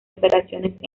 operaciones